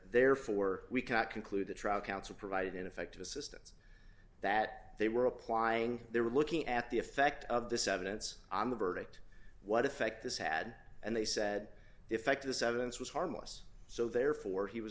therefore we cannot conclude that trial counsel provided ineffective assistance that they were applying they were looking at the effect of this evidence on the verdict what effect this had and they said the effect this evidence was harmless so therefore he was